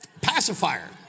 pacifier